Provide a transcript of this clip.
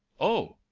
oh!